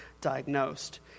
diagnosed